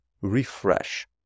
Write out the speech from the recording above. refresh